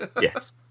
yes